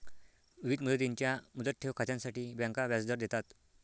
विविध मुदतींच्या मुदत ठेव खात्यांसाठी बँका व्याजदर देतात